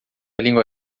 língua